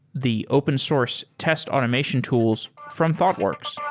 the open source test automation tools from thoughtworks.